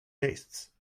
tastes